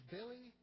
Billy